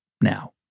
now